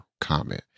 comment